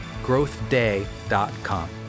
growthday.com